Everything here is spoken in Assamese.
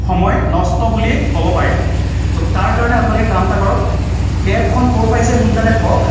সময় নষ্ট বুলিয়েই ক'ব পাৰে তো তাৰ কাৰণে আপোনালোকে কাম এটা কৰক কেবখন ক'ৰ পাইছেহি সোনকালে কওক